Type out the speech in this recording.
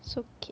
so cute